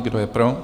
Kdo je pro?